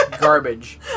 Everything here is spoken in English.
Garbage